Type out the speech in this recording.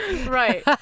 Right